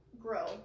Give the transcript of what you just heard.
grow